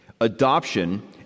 Adoption